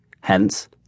hence